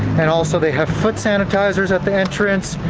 and also they have foot sanitizers at the entrance,